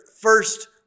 first